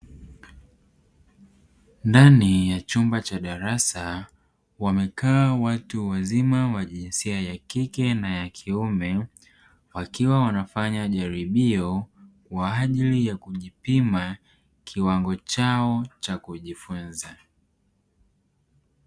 Ndani ya chumba cha darasa wamekaa watu wazima wa jinsia ya kike na ya kiume wakiwa wanafanya jaribio kwaajili ya kujipima kiwango chao cha kujifunza.